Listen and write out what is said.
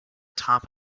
top